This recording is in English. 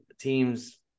teams